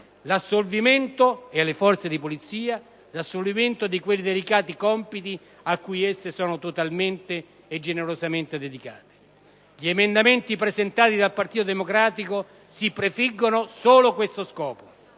armate e alle forze di Polizia l'assolvimento di quei delicati compiti ai quali cui esse sono totalmente e generosamente dedicate. Gli emendamenti presentati dal Partito Democratico si prefiggono solo questo scopo.